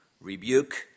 rebuke